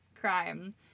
crime